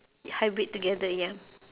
hybrid together ya